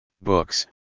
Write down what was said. books